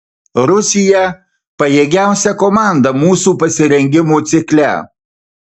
rusija pajėgiausia komanda mūsų pasirengimo cikle